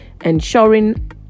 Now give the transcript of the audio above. ensuring